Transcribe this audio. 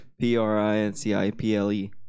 p-r-i-n-c-i-p-l-e